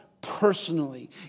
personally